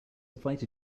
fighter